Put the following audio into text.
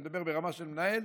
אני מדבר ברמה של מנהל,